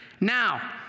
Now